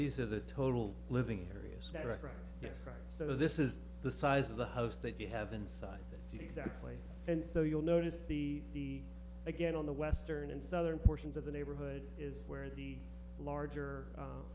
these are the total living areas that are across this right so this is the size of the host that you have inside exactly and so you'll notice the again on the western and southern portions of the neighborhood is where the larger